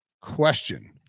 question